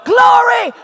Glory